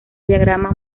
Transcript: diagrama